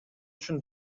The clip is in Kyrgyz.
үчүн